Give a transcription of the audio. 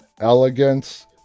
elegance